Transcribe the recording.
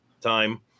time